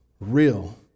real